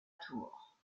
tours